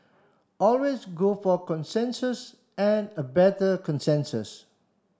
always go for a consensus and a better consensus